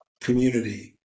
community